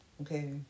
okay